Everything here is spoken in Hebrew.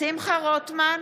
שמחה רוטמן,